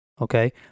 okay